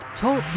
Talk